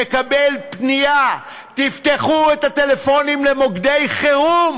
מקבל פנייה: תפתחו את הטלפונים למוקדי חירום.